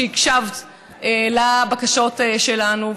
שהקשבת לבקשות שלנו,